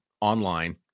online